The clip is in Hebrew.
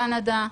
קנדה,